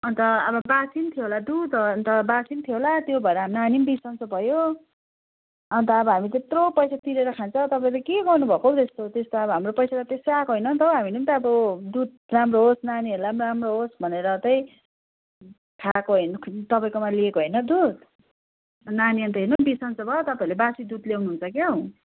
अन्त अब बासी पनि थियो होला दुध अन्त बासी पनि थियो होला त्यो भएर नानी पनि बिसन्चो भयो अन्त अब हामी त्यत्रो पैसा तिरेर खान्छ तपाईँ त के गर्नु भएको हौ त्यस्तो त्यस्तो हाम्रो पैसा त्यसै आएको होइन नि त हामीले पनि त अब दुध राम्रो होस् नानीहरूलाई पनि राम्रो होस् भनेर चाहिँ खाएको तपाईँकोमा लिएको होइन दुध नानी अन्त हेर्नु बिसन्चो भयो तपाईँहरूले बासी दुध ल्याउनु हुन्छ क्या हौ